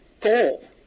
goal